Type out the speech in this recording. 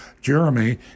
Jeremy